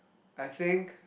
I think